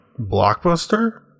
blockbuster